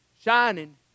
shining